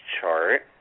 chart